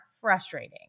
frustrating